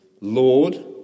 Lord